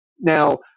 Now